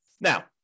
Now